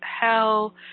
hell